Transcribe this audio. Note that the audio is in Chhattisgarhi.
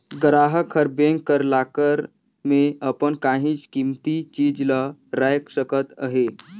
गराहक हर बेंक कर लाकर में अपन काहींच कीमती चीज ल राएख सकत अहे